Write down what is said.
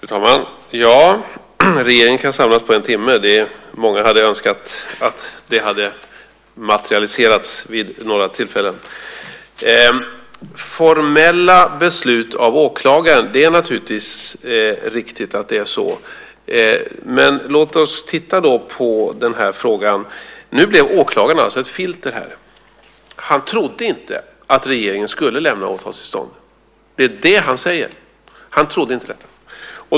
Fru talman! Regeringen kan samlas på en timme, säger Thomas Bodström. Många hade önskat att det hade materialiserats vid några tillfällen. När det gäller formella beslut av åklagaren är det naturligtvis riktigt att det är så. Men låt oss då titta på den här frågan. Nu blev åklagaren alltså ett filter. Han trodde inte att regeringen skulle lämna åtalstillstånd. Det är det han säger: Han trodde inte detta.